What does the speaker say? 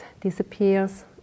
disappears